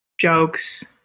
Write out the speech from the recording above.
jokes